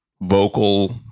vocal